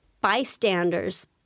bystanders